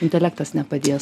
intelektas nepadės